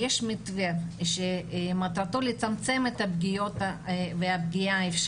יש מתווה שמטרתו לצמצם את הפגיעות האפשריות,